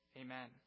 amen